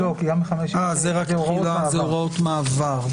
אלה הוראות מעבר.